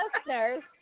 listeners